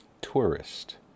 tourist